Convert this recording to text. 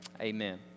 Amen